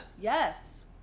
Yes